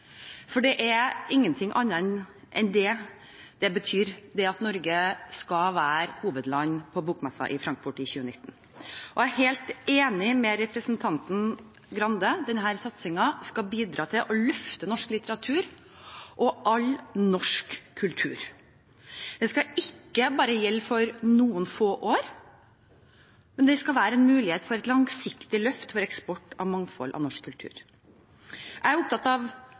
for det er ingenting annet enn det det betyr, det at Norge skal være hovedland på bokmessen i Frankfurt i 2019. Jeg er helt enig med representanten Skei Grande; denne satsingen skal bidra til å løfte norsk litteratur og all norsk kultur. Det skal ikke bare gjelde for noen få år, men det skal være en mulighet for et langsiktig løft for eksport av et mangfold av norsk kultur. Jeg er opptatt av hva Norge som ambisiøs kulturnasjon kan få ut av